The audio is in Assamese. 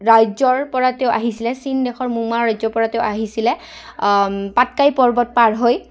ৰাজ্যৰপৰা তেওঁ আহিছিলে চীন দেশৰ মুংমাও ৰাজ্যৰপৰা তেওঁ আহিছিলে পাটকাই পৰ্বত পাৰ হৈ